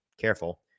careful